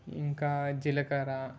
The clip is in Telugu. ఇంకా జీలకర్ర